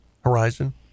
horizon